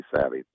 savvy –